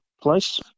place